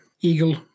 eagle